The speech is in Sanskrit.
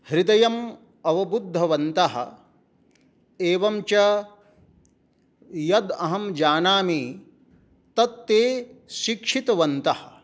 हृदयम् अवबुद्धवन्तः एवञ्च यद् अहं जानामि तत् ते शिक्षितवन्तः